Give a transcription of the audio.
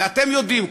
ואתם יודעים,